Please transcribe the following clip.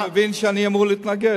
אני מבין שאני אמור להתנגד.